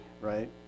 right